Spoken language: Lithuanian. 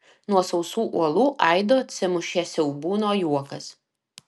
nuo sausų uolų aidu atsimušė siaubūno juokas